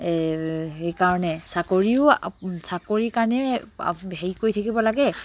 সেইকাৰণে চাকৰিও চাকৰিৰ কাৰণে হেৰি কৰি থাকিব লাগে